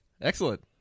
excellent